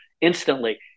instantly